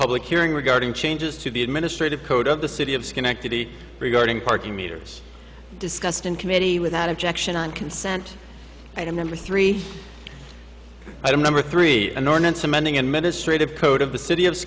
public hearing regarding changes to the administrative code of the city of schenectady regarding parking meters discussed in committee without objection on consent item number three i'm number three an ordinance amending administrative code of the city of